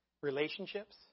relationships